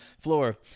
floor